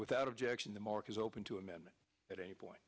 without objection the mark is open to amendment at any point